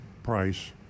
price